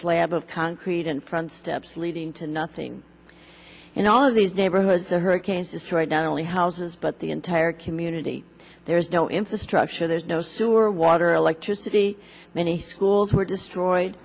slab of concrete in front steps leading to nothing in all of these neighborhoods a hurricane destroyed not only houses but the entire community there's no infrastructure there's no sewer water electricity many schools were destroyed